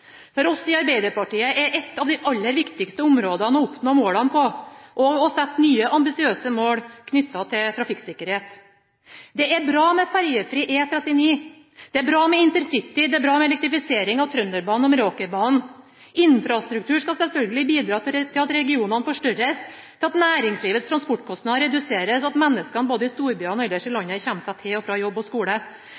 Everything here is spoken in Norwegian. For oss i Arbeiderpartiet er trafikksikkerhet et av de aller viktigste områdene å oppnå målene på – og sette nye, ambisiøse mål knyttet til trafikksikkerhet. Det er bra med ferjefri E39, det er bra med InterCity, det er bra med elektrifisering av Trønderbanen og Meråkerbanen. Infrastruktur skal selvfølgelig bidra til at regionene forstørres, til at næringslivets transportkostnader reduseres, og til at menneskene – både i storbyene og ellers i